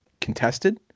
contested